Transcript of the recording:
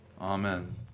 Amen